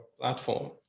platform